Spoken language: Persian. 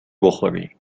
بخوری